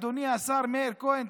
אדוני השר מאיר כהן,